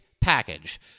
package